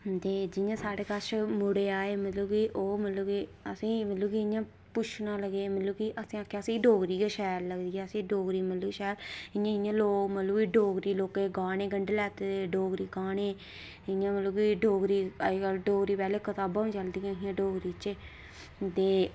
ते जि'यां साढ़े कच्छ मुड़े आए मतलब कि ओह् असेंई मतलब कि इयां पुच्छन लगे मतलब किअसें आखेआ असेंई डोगरी गै शैल लगदी ऐ असें डोगरीें मतलब कि शैल इयां इयां लोक मतलब कि डोगरी लोक गाने गंढी लैते दे डोगरी गाने इयां मतलब कि डोगरी अज्जकल डोगरी पैह्लें कताबां बी चलदियां हियां डोगरी च ते